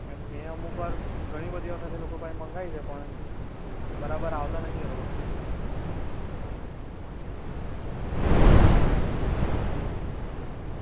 એમ મેં અમુક વાર ઘણી બધી વખત એ લોકો પાસે મંગાવી છે પણ બરાબર આવતા નહીં એ લોકો